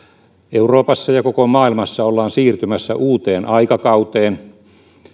euroopassa ja koko maailmassa ollaan siirtymässä uuteen aikakauteen